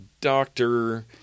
doctor